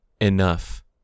enough